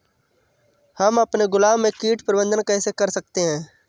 हम अपने गुलाब में कीट प्रबंधन कैसे कर सकते है?